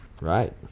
Right